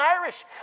Irish